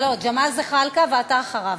לא, ג'מאל זחאלקה, ואתה אחריו.